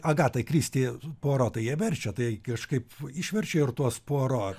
agata kristi puaro tai jie verčia tai kažkaip išverčiau ir tuos puaro